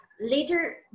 Later